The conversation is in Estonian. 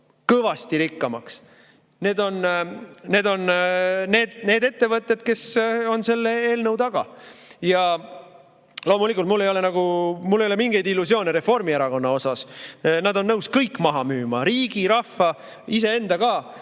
kõvasti rikkamaks. Need on need ettevõtted, kes on selle eelnõu taga. Ja loomulikult mul ei ole mingeid illusioone Reformierakonna osas. Nad on nõus kõik maha müüma: riigi, rahva, iseenda ka